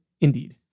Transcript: Indeed